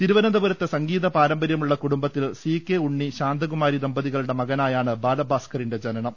തിരുവനന്തപുരത്തെ സംഗീത പാരമ്പര്യമുള്ള കുടുംബത്തിൽ സികെ ഉണ്ണി ശാന്തകുമാരി ദമ്പതികളുടെ മകനായാണ് ബാലഭാസ്കറിന്റെ ജനനം